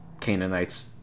Canaanites